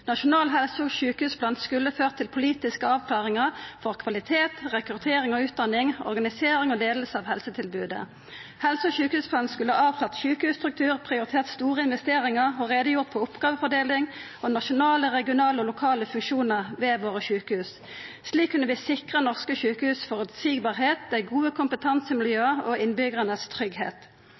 Nasjonal helse- og sjukehusplan skulle ført til politiske avklaringar om kvalitet, rekruttering og utdanning, organisering og leiing av helsetilbodet. Helse- og sjukehusplanen skulle avklart sjukehusstruktur, prioritert store investeringar, gjort greie for oppgåvefordeling og nasjonale, regionale og lokale funksjonar ved våre sjukehus. Slik kunne vi sikra norske sjukehus føreseielegheit, dei gode kompetansemiljøa og